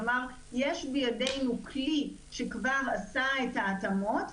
כלומר, יש בידינו כלי שכבר עשה את ההתאמות,